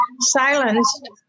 silenced